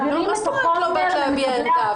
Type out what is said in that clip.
מה זאת אומרת שלא באת להביע עמדה?